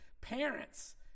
parents